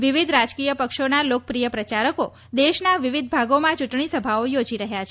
વિવિધ રાજકીય પક્ષોના લોકપ્રિય પ્રચારકો દેશના વિવિધ ભાગોમાં ચુંટણી સભાઓ યોજી રહયાં છે